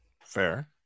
Fair